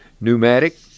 Pneumatic